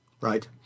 Right